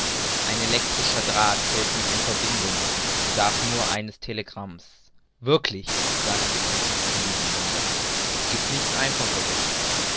ein elektrischer draht hält mich in verbindung und es bedarf nur eines telegramms wirklich sagte ich entzückt von diesen wundern es giebt nichts einfacheres